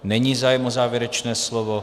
Není zájem o závěrečné slovo.